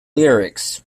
lyrics